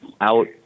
out